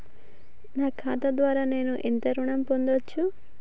నా ఖాతా ద్వారా నేను ఎంత ఋణం పొందచ్చు?